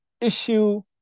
issue